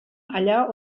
allà